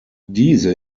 diese